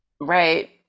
Right